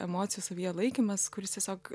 emocijų savyje laikymas kuris tiesiog